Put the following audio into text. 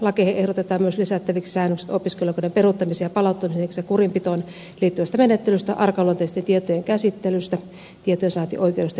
lakeihin ehdotetaan myös lisättäviksi säännökset opiskelijaoikeuden peruuttamiseen ja palauttamiseen ja kurinpitoon liittyvästä menettelystä arkaluonteisten tietojen käsittelystä tietojensaantioikeudesta ja muutoksenhausta